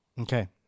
Okay